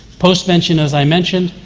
post-vention, as i mentioned,